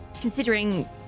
considering